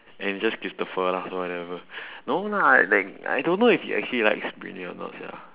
and it's just christopher lah whatever no lah like I don't know if he actually likes or not sia